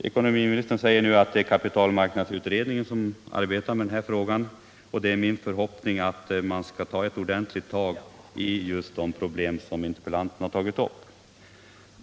Ekonomiministern säger nu att kapitalmarknadsutredningen arbetar med denna fråga, och det är min förhoppning att man skall ta ett ordentligt tag i de problem som interpellanten har aktualiserat.